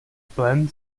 plen